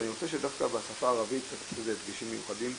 אני חושב שדווקא בשפה הערבית יש דגשים מיוחדים,